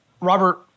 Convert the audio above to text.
Robert